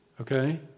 Okay